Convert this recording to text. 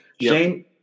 Shane